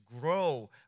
grow